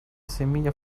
semilla